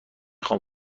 خوام